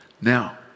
Now